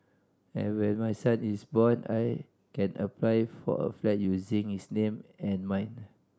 and when my son is born I can apply for a flat using his name and mine